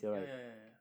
ya ya ya ya